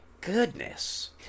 goodness